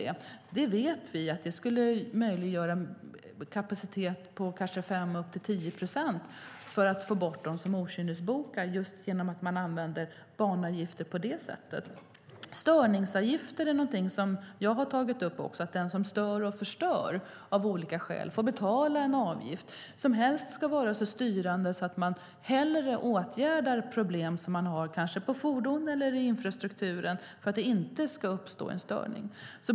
Vi vet att det skulle frigöra kapacitet på 5 eller kanske 10 procent om man får bort dem som okynnesbokar genom att man använder banavgifter på det sättet. Störningsavgifter har jag också tagit upp, det vill säga att den som stör eller förstör får betala en avgift, som helst ska vara så styrande att man hellre åtgärdar problem som man har på fordon eller i infrastrukturen så att det inte ska uppstå störningar.